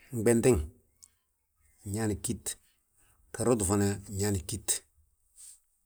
Nɓenteŋ, nñaani ggít, garot fana nñaani ggít.